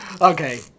Okay